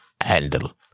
handle